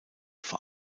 vor